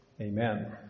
Amen